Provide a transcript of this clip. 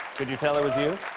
could you tell it was you?